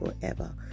forever